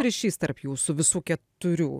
ryšys tarp jūsų visų keturių